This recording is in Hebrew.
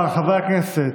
אבל, חברי הכנסת,